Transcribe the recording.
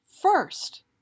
first